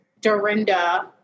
Dorinda